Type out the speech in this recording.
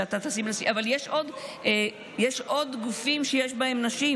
אבל יש עוד גופים שיש בהם נשים,